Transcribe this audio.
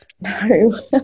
No